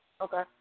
Okay